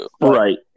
Right